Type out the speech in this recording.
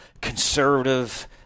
conservative